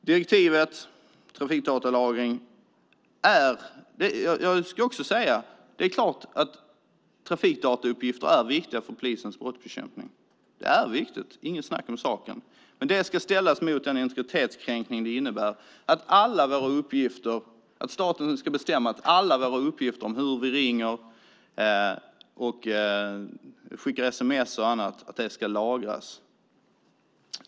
Det är klart att trafikdatauppgifter är viktiga för polisens brottsbekämpning, inget snack om saken. Men detta ska ställas mot den integritetskränkning det innebär att staten ska bestämma att alla våra uppgifter om hur vi ringer, skickar sms och annat ska lagras.